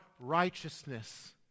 righteousness